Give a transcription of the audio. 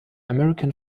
american